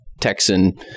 Texan